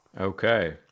okay